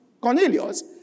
Cornelius